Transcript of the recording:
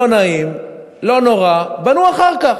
לא נעים, לא נורא, בנו אחר כך.